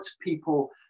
people